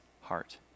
heart